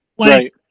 right